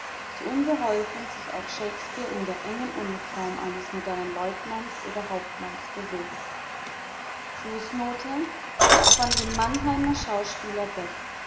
so unbeholfen sich auch shakespeare in der engen uniform eines modernen leutnants oder hauptmanns bewegt